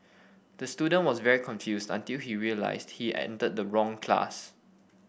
the student was very confused until he realised he entered the wrong class